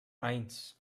eins